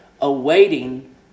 awaiting